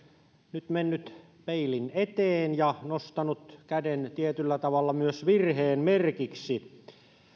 nyt mennyt peilin eteen ja nostanut käden tietyllä tavalla myös virheen merkiksi